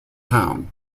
town